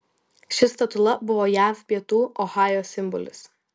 ši statula buvo jav pietų ohajo simbolis